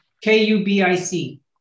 K-U-B-I-C